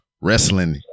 Wrestling